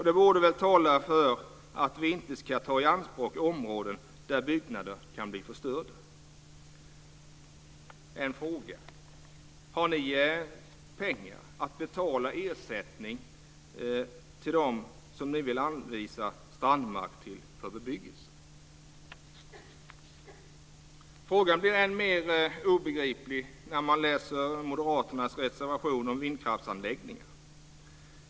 Det borde tala för att vi inte ska ta områden i anspråk där byggnader kan bli förstörda. Jag har en fråga: Har ni pengar till att betala ersättning till dem som ni nu vill anvisa strandmark till för bebyggelse? Frågan blir än mer obegriplig när man läser Moderaternas reservation om vindkraftsanläggningar.